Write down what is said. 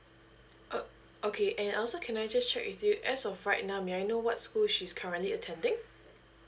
ok~ okay and also can I just check with you as of right now may I know what school she's currently attending